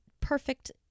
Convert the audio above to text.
perfect